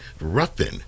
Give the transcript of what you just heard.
Ruffin